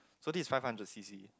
so this five hundred C_C